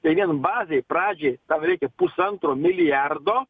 tai vienbazei pradžiai tam reikia pusantro milijardo